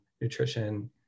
Nutrition